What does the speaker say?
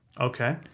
Okay